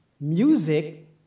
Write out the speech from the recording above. music